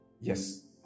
Yes